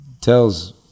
tells